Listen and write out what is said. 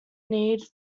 need